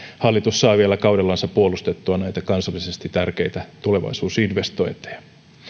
hallitus saa vielä kaudellansa puolustettua näitä kansallisesti tärkeitä tulevaisuusinvestointeja